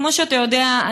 כמו שאתה יודע,